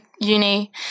uni